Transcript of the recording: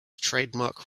trademark